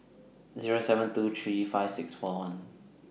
Zero seven two six two three five six four one